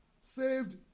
Saved